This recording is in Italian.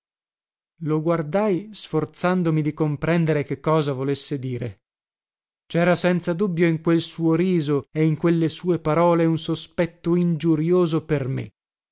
lo guardai sforzandomi di comprendere che cosa volesse dire cera senza dubbio in quel suo riso e in quelle sue parole un sospetto ingiurioso per me